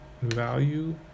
value